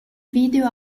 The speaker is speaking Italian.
video